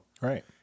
Right